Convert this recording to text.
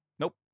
Nope